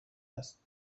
است